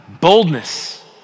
boldness